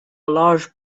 large